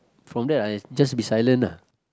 from then I just be silent ah